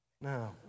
No